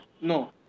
No